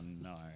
no